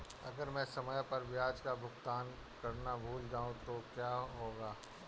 अगर मैं समय पर ब्याज का भुगतान करना भूल जाऊं तो क्या होगा?